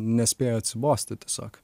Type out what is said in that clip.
nespėja atsibosti tiesiog